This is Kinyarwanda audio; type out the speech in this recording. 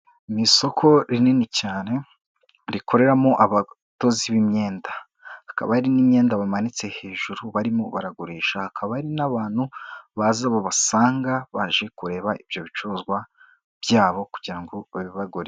Mu isoko rinini cyane, rikoreramo abadozi b'imyenda. Hakaba hari n'imyenda bamanitse hejuru barimo baragurisha, hakaba hari n'abantu baza babasanga, baje kureba ibyo bicuruzwa byabo kugira ngo babibagurire.